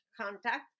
contact